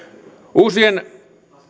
uusien